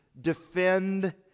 defend